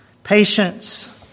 Patience